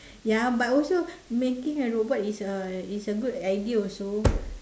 ya but also making a robot is a is a good idea also